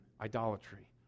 idolatry